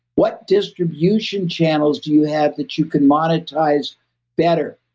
what distribution channels do you have that you can monetize better?